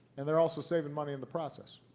and they're also saving money in the process.